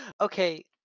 Okay